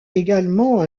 également